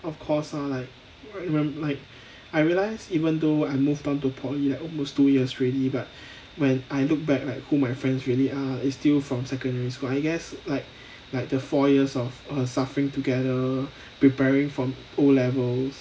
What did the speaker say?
of course ah like I rem~ like I realized even though I moved on to poly like almost two years already but when I look back at who my friends really are is still from secondary school I guess like the four years of err suffering together preparing for O levels